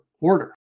order